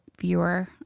viewer